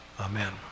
Amen